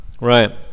Right